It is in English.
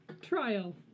Trial